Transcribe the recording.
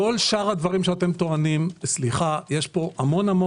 כל שאר הדברים שאתם טוענים, סליחה, טוענים